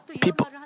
people